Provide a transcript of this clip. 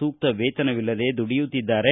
ಸೂಕ್ತ ವೇತನವಿಲ್ಲದೆ ದುಡಿಯುತ್ತಿದ್ದಾರೆ